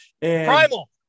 Primal